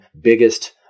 biggest